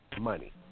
money